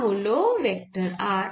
তা এই হল ভেক্টর r